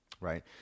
right